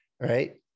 right